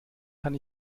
kann